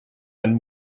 ein